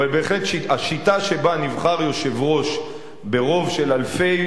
אבל בהחלט השיטה שבה נבחר יושב-ראש ברוב של אלפי